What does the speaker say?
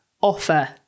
offer